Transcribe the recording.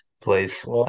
Place